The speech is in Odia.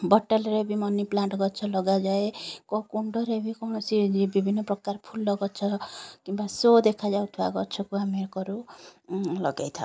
ବଟଲ୍ରେ ବି ମନି ପ୍ଲାଣ୍ଟ୍ ଗଛ ଲଗାଯାଏ କୋ କୁଣ୍ଡରେ ବି କୌଣସି ବିଭିନ୍ନ ପ୍ରକାର ଫୁଲଗଛ କିମ୍ବା ଶୋ ଦେଖାଯାଉଥିବା ଗଛକୁ ଆମେ କରୁ ଲଗେଇଥାଉ